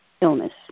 illness